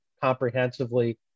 comprehensively